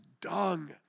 dung